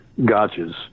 gotchas